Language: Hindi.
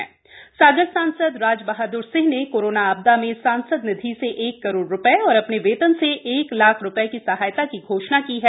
वहीं सागर सांसद राजबहादुर सिंह ने कोरोना आपदा में सांसद निधि से एक करोड़ रुपये और अपने वेतन से एक लाख रुपये की सहायता की घोषणा की है